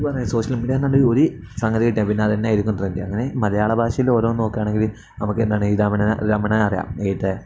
E പറഞ്ഞ social media പറഞ്ഞാൽ ഒരു സംഗതി കിട്ടിയാൽ പിന്നെ അത് തന്നെ ന്നെ ആയിരിക്കുന്നുണ്ട് അതിന് മലയാള ഭാഷയിൽ ഓരോ നോക്കുകയാണെങ്കിൽ നമുക്കെന്താണ് ഈ രമണ രമണനറിയാം ഏ